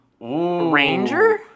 Ranger